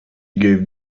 gave